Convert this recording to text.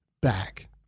back